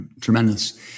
Tremendous